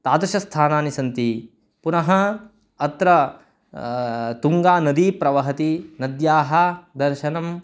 तादृशस्थानानि सन्ति पुनः अत्र तुङ्गानदी प्रवहति नद्याः दर्शनं